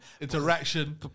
Interaction